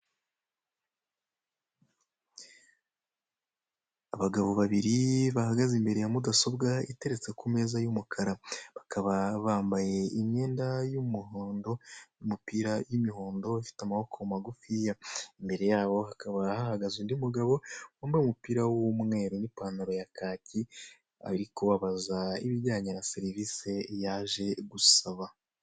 Abagabo babiri bahagaze imbere ya mudasobwa iteretse ku meza y'umukara, bakaba bambaye imyenda y'umuhondo n'umupira y'imihondo ifite amaboko magufiya, imbere yabo hakaba hahagaze undi mugabo wambaye umupira w'umweru n'ipantaro ya kaki ari kubabaza ibijyanye na serivisi yaje gusaba.